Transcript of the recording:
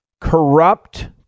corrupt